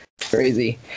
crazy